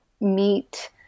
meet